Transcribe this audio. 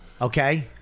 okay